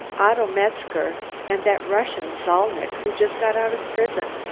otto metzger and that russian, zalnitch, who just got out of prison.